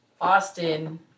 Austin